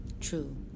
True